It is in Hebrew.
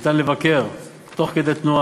ניתן לבקר, תוך כדי תנועה,